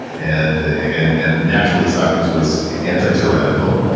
and and and naturally socrates was anti-tyrannical.